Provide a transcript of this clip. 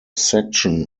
section